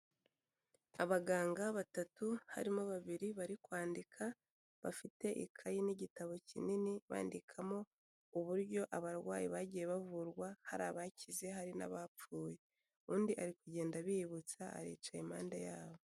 Abaganga batatu harimo babiri bari kwandika, bafite ikayi n'igitabo kinini bandikamo uburyo abarwayi bagiye bavurwa hari abakize hari n'abapfuye, undi ari kugenda abibutsa aricaye impande yabo.